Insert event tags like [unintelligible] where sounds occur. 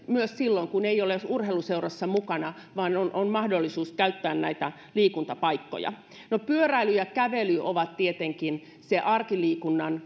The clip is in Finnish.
[unintelligible] myös silloin kun ei ole urheiluseurassa mukana vaan on on mahdollisuus käyttää näitä liikuntapaikkoja no pyöräily ja kävely ovat tietenkin se arkiliikunnan